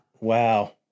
wow